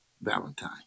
Valentine